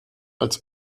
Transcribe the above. als